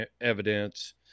evidence